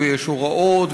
ויש הוראות,